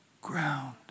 ground